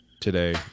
today